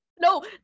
No